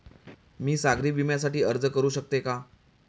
मी सागरी विम्यासाठी अर्ज करू शकते का?